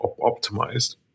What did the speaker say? optimized